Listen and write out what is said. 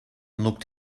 looked